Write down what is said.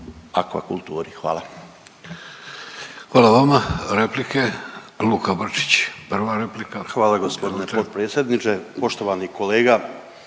Hvala vam